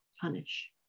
punish